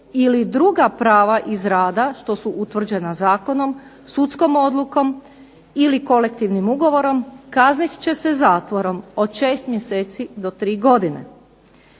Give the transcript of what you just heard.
ili druga prava iz rada što su utvrđena zakonom, sudskom odlukom ili kolektivnim ugovorom kaznit će se zatvorom od šest mjeseci do tri godine."